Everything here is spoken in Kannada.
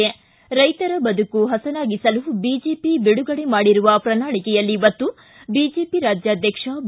ಿ ರೈತರ ಬದುಕು ಹಸನಾಗಿಸಲು ಬಿಜೆಪಿ ಬಿಡುಗಡೆ ಮಾಡಿರುವ ಪ್ರಣಾಳಿಕೆಯಲ್ಲಿ ಒತ್ತು ಬಿಜೆಪಿ ರಾಜ್ಯಾಧ್ಯಕ್ಷ ಬಿ